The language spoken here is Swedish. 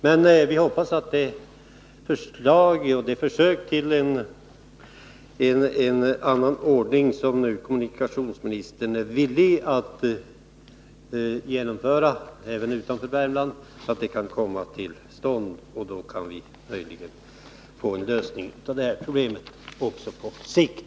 Men vi hoppas att det försök med en annan ordning som kommunikationsministern är villig att genomföra även utanför Värmland kan komma till stånd. Då kan vi möjligen få en lösning av det här problemet också på sikt.